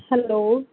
hello